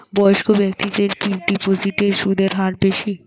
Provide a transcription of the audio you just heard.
বয়স্ক ব্যেক্তিদের কি ডিপোজিটে সুদের হার বেশি?